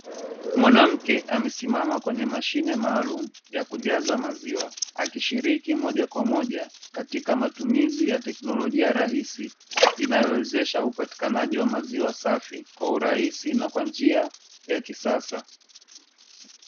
Mwanamke amesimama kwenye mashine maalumu ya kujaza maziwa. Akishiriki moja kwa moja katika matumizi ya teknolojia rahisi inayowezesha upatikanaji wa maziwa safi kwa urahisi na kwa njia ya kisasa.